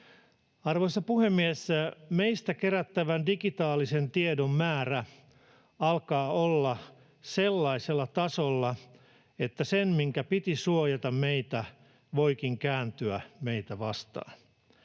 Arvoisa puhemies! Meistä kerättävän digitaalisen tiedon määrä alkaa olla sellaisella tasolla, että se, minkä piti suojata meitä, voikin kääntyä meitä vastaan